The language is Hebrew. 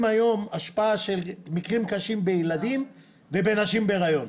היום את ההשפעה ואת המקרים הקשים בילדים ובנשים בהיריון.